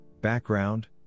background